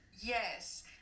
yes